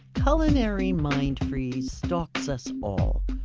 culinary mind freeze stalks us all.